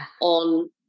on